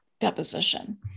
deposition